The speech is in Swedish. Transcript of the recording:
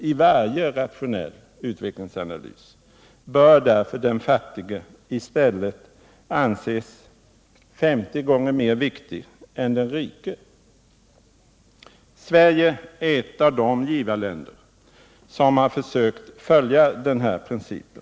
I varje rationell utvecklingsanalys bör därför den fattige i stället anses 50 gånger mer viktig än den rike. Sverige är ett av de givarländer som försökt följa denna princip.